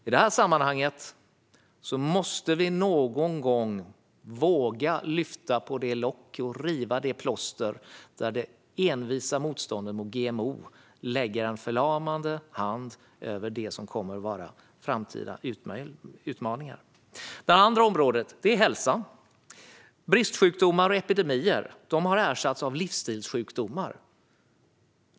I detta sammanhang måste vi någon gång våga lyfta på locket och riva plåstret - det envisa motståndet mot GMO lägger en förlamande hand över det som kommer att vara framtida utmaningar. Det andra området är hälsa. Bristsjukdomar och epidemier har ersatts av livsstilssjukdomar.